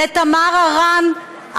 לתמר הרן,